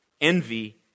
Envy